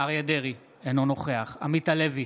אריה מכלוף דרעי, אינו נוכח עמית הלוי,